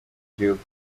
igihugu